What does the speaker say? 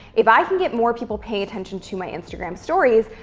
if i can get more people paying attention to my instagram stories,